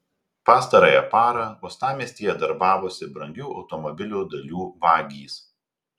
pastarąją parą uostamiestyje darbavosi brangių automobilių dalių vagys